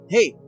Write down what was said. Hey